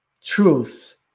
truths